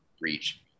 reach